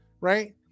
right